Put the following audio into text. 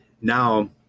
Now